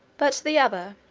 but the other,